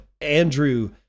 Andrew